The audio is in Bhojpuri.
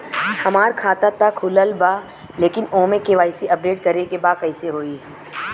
हमार खाता ता खुलल बा लेकिन ओमे के.वाइ.सी अपडेट करे के बा कइसे होई?